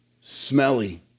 smelly